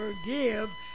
forgive